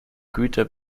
güter